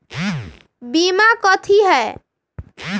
बीमा कथी है?